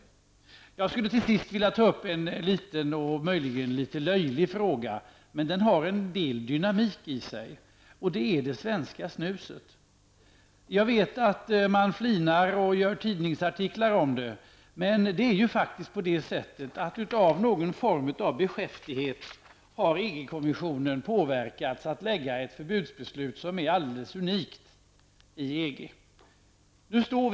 Sedan skulle jag vilja ta upp en kanske obetydlig och litet löjlig fråga. Men det finns en del dynamik i den. Det gäller då det svenska snuset. Jag vet att man flinar och att det förekommer tidningsartiklar i det här sammanhanget. Men på grund av någon form av beskäftighet har EG-kommissionen påverkats att komma med ett förbudsbeslut i EG som är helt unikt. Vi är ju själva mitt uppe i detta med EES.